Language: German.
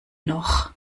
noch